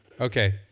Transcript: Okay